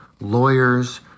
lawyers